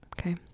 Okay